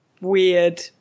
weird